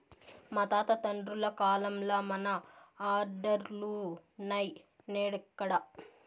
మా తాత తండ్రుల కాలంల మన ఆర్డర్లులున్నై, నేడెక్కడ